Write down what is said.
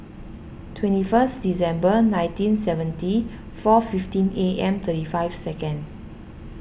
twenty first December nineteen seventy four fifteen A M thirty five seconds